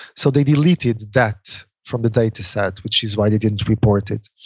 so they deleted that from the data set, which is why they didn't report it.